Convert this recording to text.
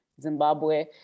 Zimbabwe